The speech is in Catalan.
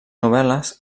novel·les